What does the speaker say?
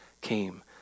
came